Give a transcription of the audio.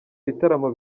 bitaramo